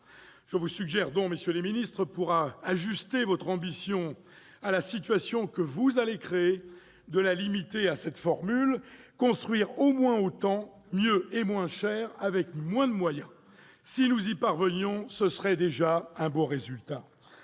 le ministre, monsieur le secrétaire d'État, pour ajuster votre ambition à la situation que vous allez créer, de la limiter à cette formule : construire au moins autant, mieux et moins cher, avec moins de moyens. Si nous y parvenions, ce serait déjà un beau résultat.